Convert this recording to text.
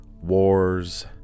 wars